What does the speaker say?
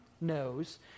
knows